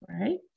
right